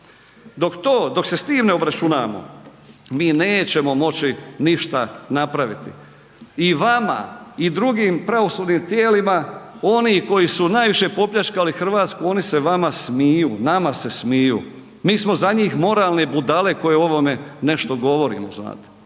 Dok se s tim ne obračunamo, mi nećemo moći ništa napraviti i vama i drugim pravosudnim tijelima oni koji su najviše popljačkali Hrvatsku oni se vama smiju, nama se smiju. Mi smo za njih moralne budale koje o ovome nešto govorimo znate,